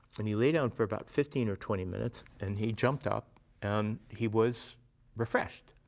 and he lay down for about fifteen or twenty minutes, and he jumped up and he was refreshed.